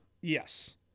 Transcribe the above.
Yes